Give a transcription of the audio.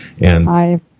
Hi